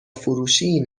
فروشی